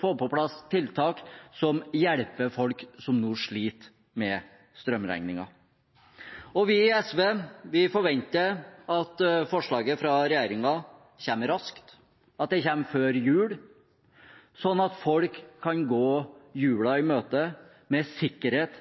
få på plass tiltak som hjelper folk som nå sliter med strømregningen. Vi i SV forventer at forslaget fra regjeringen kommer raskt, at det kommer før jul, sånn at folk kan gå jula i møte med sikkerhet